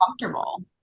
comfortable